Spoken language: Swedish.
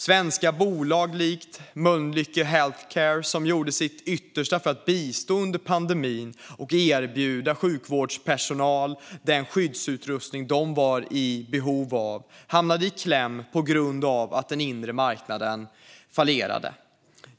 Svenska bolag som Mölnlycke Health Care, som gjorde sitt yttersta för att bistå under pandemin och erbjuda sjukvårdspersonal den skyddsutrustning de var i behov av, hamnade i kläm på grund av att den inre marknaden fallerade.